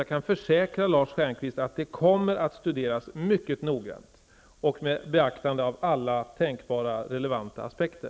Jag kan försäkra Lars Stjernkvist att ärendet kommer att studeras mycket noggrant och med beaktande av alla tänkbara relevanta aspekter.